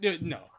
No